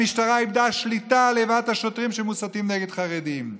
המשטרה איבדה שליטה על איבת השוטרים שמוסתים נגד חרדים.